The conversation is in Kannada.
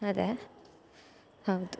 ಅದೇ ಹೌದು